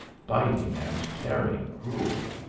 biting and tearing cruel.